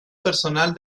personal